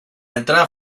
entrada